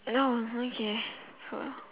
oh okay